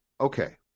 Okay